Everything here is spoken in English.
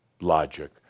logic